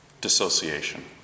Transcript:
dissociation